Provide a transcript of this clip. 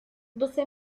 doce